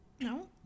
No